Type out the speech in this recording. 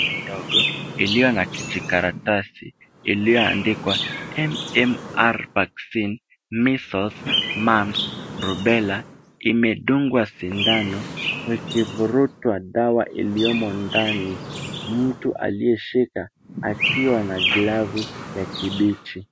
Chupa ndogo iliyo na kijikaratasi, iliyoandikwa, MMR Vaccine Measles Mumps Rubella, imedungwa sindano, ikivurutwa dawa iliyomo ndani. Mtu aliyeshika akiwa na glavu ya kibichi.